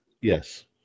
Yes